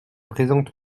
présente